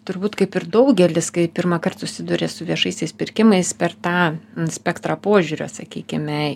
turbūt kaip ir daugelis kai pirmąkart susiduria su viešaisiais pirkimais per tą spektrą požiūrio sakykime